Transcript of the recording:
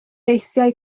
eisiau